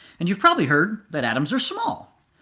and you've probably heard that atoms are small.